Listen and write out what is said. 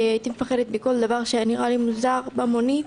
הייתי מפחדת מכל דבר שנראה לי מוזר במונית.